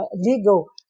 legal